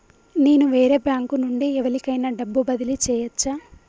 నేను వేరే బ్యాంకు నుండి ఎవలికైనా డబ్బు బదిలీ చేయచ్చా?